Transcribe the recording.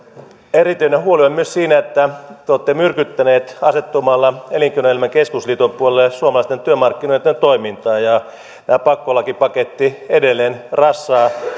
erityinen huoli on myös siinä että te olette myrkyttäneet asettumalla elinkeinoelämän keskusliiton puolelle suomalaisten työmarkkinoitten toimintaa ja pakkolakipaketti edelleen rassaa